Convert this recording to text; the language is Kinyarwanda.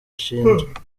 ashinjwa